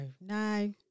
no